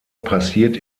passiert